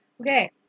Okay